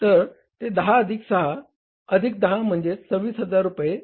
तर ते 10 अधिक 6 अधिक 10 म्हणजे 26000 रुपये आहे